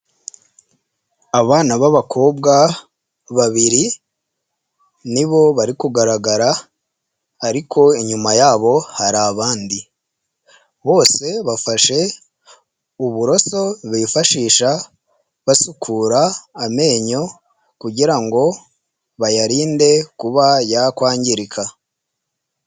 Abana b'abakobwa babiri nibo bari kugaragara ariko inyuma yabo hari abandi, bose bafashe uburoso bifashisha basukura amenyo kugira ngo bayarinde kuba yakwangirika.